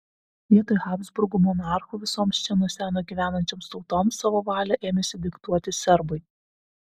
vietoj habsburgų monarchų visoms čia nuo seno gyvenančioms tautoms savo valią ėmėsi diktuoti serbai